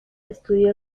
estudió